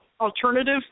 alternative